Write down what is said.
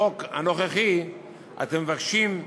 בחוק הנוכחי אתם מבקשים: